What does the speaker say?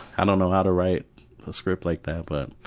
i don't know how to write a script like that but.